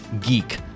geek